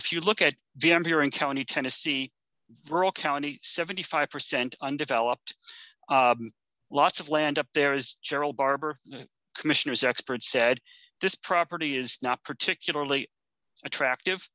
if you look at v m here in county tennessee rural county seventy five percent undeveloped lots of land up there is general barber commissioners experts said this property is not particularly attractive